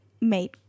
made